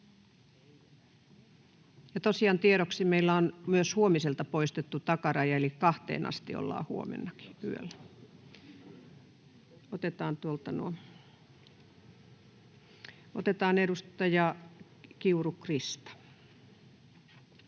tosiaan tiedoksi, että meillä on myös huomiselta poistettu takaraja, eli kahteen asti yöllä ollaan huomennakin. Otetaan tuolta nuo. — Edustaja Kiuru, Krista. [Speech